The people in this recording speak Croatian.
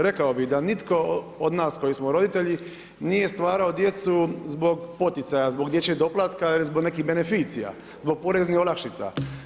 Rekao bih da nitko od nas koji smo roditelji nije stvarao djecu zbog poticaja zbog dječjeg doplatka ili zbog nekih beneficija, zbog poreznih olakšica.